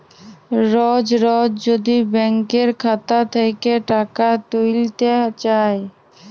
রজ রজ যদি ব্যাংকের খাতা থ্যাইকে টাকা ত্যুইলতে চায়